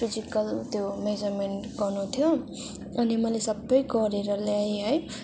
physical त्यो measurement गर्नु थियो अनि मैले सबै गरेर ल्याए है